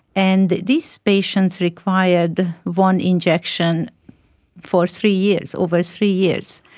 and these patients required one injection for three years, over three years,